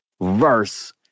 verse